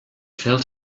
felt